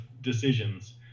decisions